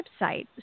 website